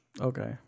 Okay